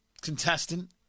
contestant